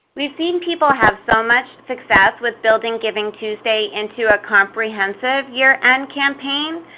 we've seen people have so much success with building givingtuesday into a comprehensive year-end campaign.